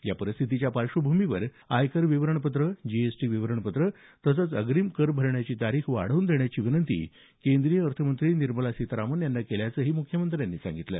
या सर्व परिस्थितीमुळे आयकर विवरणपत्रं जीएसटी विवरणपत्रं तसंच अग्रिम कर भरण्याची तारीख वाढवून देण्याची विनंती केंद्रीय अर्थमंत्री निर्मला सीतारामन यांना केल्याचंही मुख्यमंत्र्यांनी सांगितलं